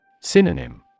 Synonym